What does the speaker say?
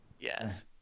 Yes